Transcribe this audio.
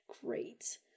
great